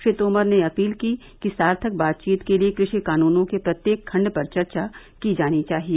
श्री तोमर ने अपील की कि सार्थक बातचीत के लिए कृषि कानूनों के प्रत्येक खंड पर चर्चा की जानी चाहिए